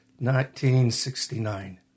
1969